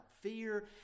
fear